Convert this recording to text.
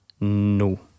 No